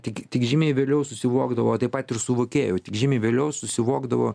tik tik žymiai vėliau susivokdavo taip pat ir suvokėjo tik žymiai vėliau susivokdavo